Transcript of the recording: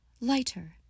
lighter